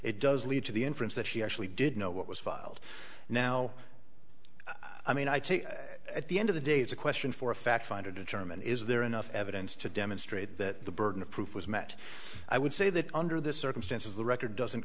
it does lead to the inference that she actually did know what was filed now i mean i take it at the end of the day it's a question for a fact finder determine is there enough evidence to demonstrate that the burden of proof was met i would say that under the circumstances the record doesn't